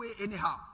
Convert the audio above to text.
anyhow